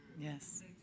Yes